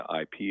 ip